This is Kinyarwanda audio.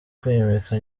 kwimika